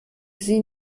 sie